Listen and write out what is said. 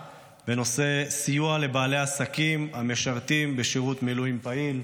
בנושא: סיוע לבעלי העסקים המשרתים בשירות מילואים פעיל.